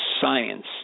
science